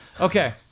Okay